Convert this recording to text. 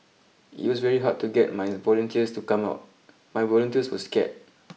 it was very hard to get my volunteers to come out my volunteers were scared